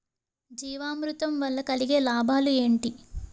జీవామృతం వల్ల కలిగే లాభాలు ఏంటి?